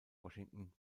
washington